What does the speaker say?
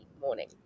morning